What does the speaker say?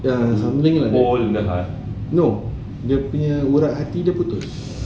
ya something like no dia punya urat hati dia putus